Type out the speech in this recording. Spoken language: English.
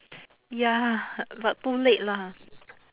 ya but too late lah